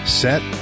set